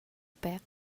pek